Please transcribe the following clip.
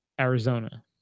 Arizona